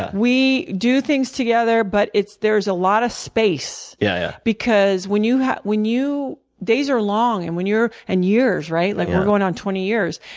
but we do things together, but there's a lot of space yeah because when you when you days are long and when you're and years, right? like we're going on twenty years.